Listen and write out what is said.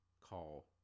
call